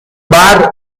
bar